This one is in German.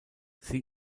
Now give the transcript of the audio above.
sie